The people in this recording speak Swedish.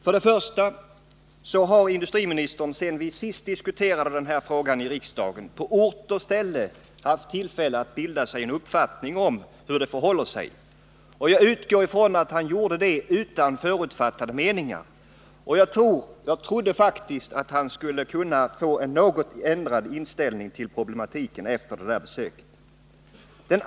För det första har industriministern sedan vi senast diskuterade frågan i riksdagen på ort och ställe haft tillfälle att bilda sig en egen uppfattning om hur förhållandena är. Jag utgår ifrån att han gjorde det utan förutfattade meningar, och jag trodde faktiskt att han skulle ha en något ändrad inställning till problematiken efter det besöket.